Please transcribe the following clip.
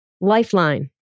lifeline